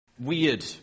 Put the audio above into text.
weird